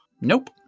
Nope